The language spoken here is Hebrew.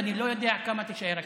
אבל אני לא יודע כמה תישאר הקדנציה.